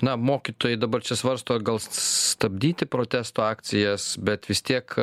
na mokytojai dabar čia svarsto gal stabdyti protesto akcijas bet vis tiek